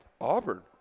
Auburn